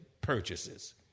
purchases